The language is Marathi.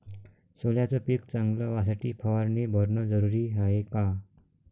सोल्याचं पिक चांगलं व्हासाठी फवारणी भरनं जरुरी हाये का?